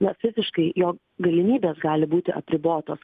na fiziškai jo galimybės gali būti apribotos